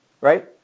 right